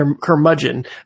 curmudgeon